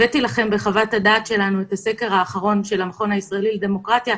הבאתי לכם בחוות הדעת שלנו את הסקר האחרון של המכון הישראלי לדמוקרטיה.